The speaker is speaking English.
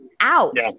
out